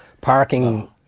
parking